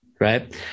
Right